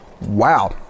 wow